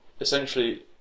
essentially